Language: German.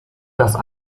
das